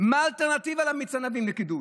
מה האלטרנטיבה למיץ ענבים לקידוש?